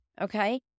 Okay